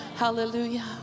hallelujah